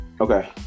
okay